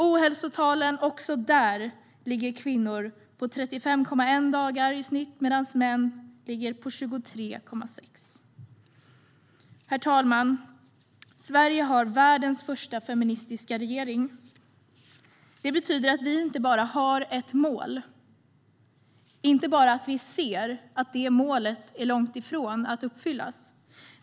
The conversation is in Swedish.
Också när det gäller ohälsotalen ligger kvinnor högre, 35,1 sjukdagar i snitt för kvinnor mot 23,6 för män. Herr talman! Sverige har världens första feministiska regering. Det betyder inte bara att vi har ett mål och att vi ser att målet är långt ifrån att uppfyllas.